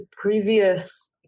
previous